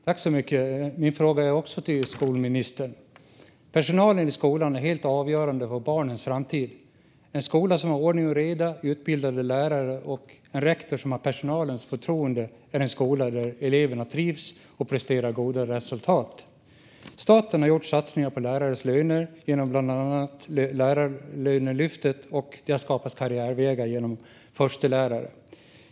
Herr talman! Min fråga är också till skolministern. Personalen i skolan är helt avgörande för barnens framtid. En skola som har ordning och reda, utbildade lärare och en rektor som har personalens förtroende är en skola där eleverna trivs och presterar goda resultat. Staten har gjort satsningar på lärares löner genom bland annat Lärarlönelyftet och skapat karriärvägar genom förstelärare.